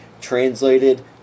translated